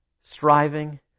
striving